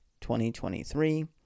2023